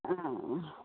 आं